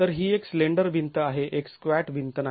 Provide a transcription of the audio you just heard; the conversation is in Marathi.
तर ही एक स्लेंडर भिंत आहे एक स्क्वॅट भिंत नाही